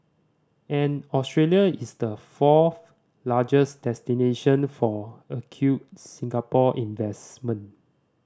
and Australia is the fourth largest destination for accrued Singapore investment